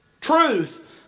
truth